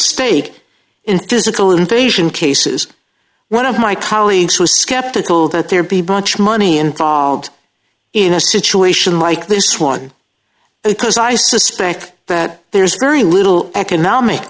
stake in physical invasion cases one of my colleagues who are skeptical that there be branch money involved in a situation like this one because i suspect that there's very little economic